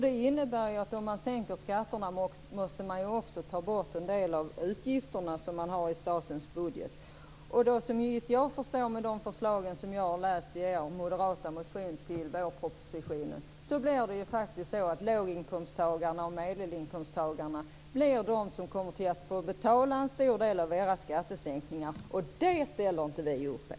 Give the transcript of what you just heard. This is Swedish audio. Det innebär att om man sänker skatterna måste man också ta bort en del av de utgifter man har i statens budget. Såvitt jag förstår av de förslag jag har läst i den moderata motionen till vårpropositionen blir det faktiskt låginkomsttagarna och medelinkomsttagarna som kommer att få betala en stor del av era skattesänkningar, och det ställer inte vi upp på.